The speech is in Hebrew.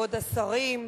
כבוד השרים,